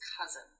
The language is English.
cousin